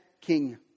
king